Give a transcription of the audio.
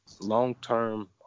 long-term